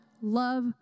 love